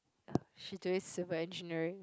she doing civil engineering